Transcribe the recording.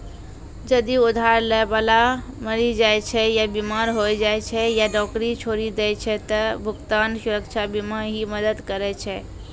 जदि उधार लै बाला मरि जाय छै या बीमार होय जाय छै या नौकरी छोड़ि दै छै त भुगतान सुरक्षा बीमा ही मदद करै छै